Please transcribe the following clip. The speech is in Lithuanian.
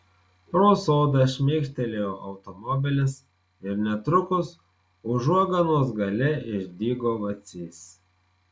pro sodą šmėkštelėjo automobilis ir netrukus užuoganos gale išdygo vacys